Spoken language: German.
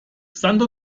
santo